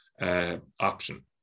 option